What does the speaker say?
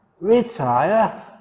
Retire